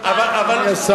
אבל אני, לא, אני מתאר לך.